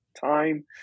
time